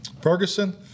Ferguson